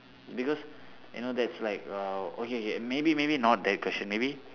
because you know that's like uh okay K maybe maybe not that question maybe